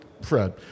Fred